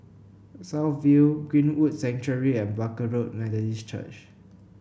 South View Greenwood Sanctuary and Barker Road Methodist Church